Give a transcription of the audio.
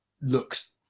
looks